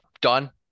done